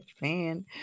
fan